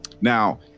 Now